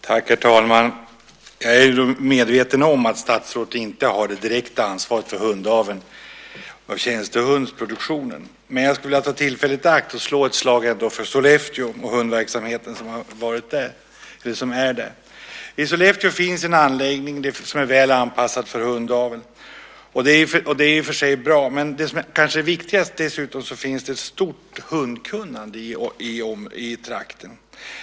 Herr talman! Jag är medveten om att statsrådet inte har det direkta ansvaret för hundaveln och tjänstehundsproduktionen. Men jag skulle vilja ta tillfället i akt och ändå slå ett slag för Sollefteå och den hundverksamhet som finns där. I Sollefteå finns en anläggning som är väl anpassad för hundaveln. Det är i och för sig bra, men det som kanske är det viktigaste är att det finns ett stort hundkunnande i trakten.